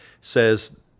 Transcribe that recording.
says